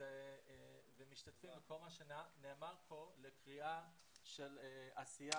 ומשתתפים בכל מה שנאמר כאן לקריאה של עשייה,